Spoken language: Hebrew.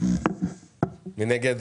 מי נגד?